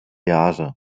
jahre